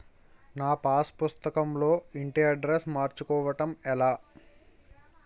నా పాస్ పుస్తకం లో ఇంటి అడ్రెస్స్ మార్చుకోవటం ఎలా?